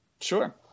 Sure